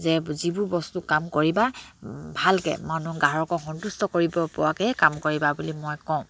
যে যিবোৰ বস্তু কাম কৰিবা ভালকে মানুহ গ্ৰাহকক সন্তুষ্ট কৰিব পৰাকে কাম কৰিবা বুলি মই কওঁ